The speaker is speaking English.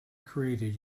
created